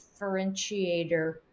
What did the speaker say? differentiator